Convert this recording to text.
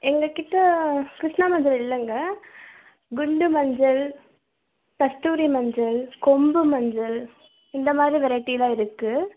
எங்கள் கிட்டே கிருஷ்ணா மஞ்சள் இல்லைங்க குண்டு மஞ்சள் கஸ்தூரி மஞ்சள் கொம்பு மஞ்சள் இந்த மாதிரி வெரைட்டி தான் இருக்குது